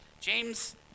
James